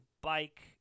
bike